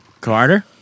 Carter